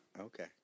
Okay